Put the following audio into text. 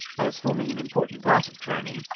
as forming an important part of training,